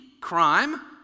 crime